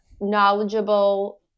knowledgeable